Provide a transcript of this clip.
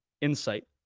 insight